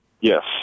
Yes